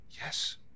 Yes